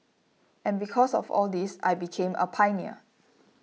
and because of all this I became a pioneer